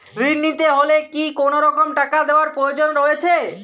ঋণ নিতে হলে কি কোনরকম টাকা দেওয়ার প্রয়োজন রয়েছে?